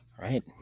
right